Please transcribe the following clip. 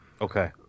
Okay